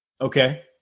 Okay